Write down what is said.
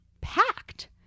packed